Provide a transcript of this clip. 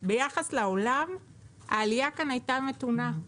ביחס לעולם העלייה כאן הייתה מתונה.